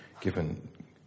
given